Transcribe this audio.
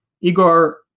Igor